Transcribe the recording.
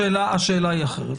השאלה היא אחרת.